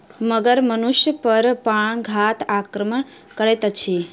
मगर मनुष पर प्राणघातक आक्रमण करैत अछि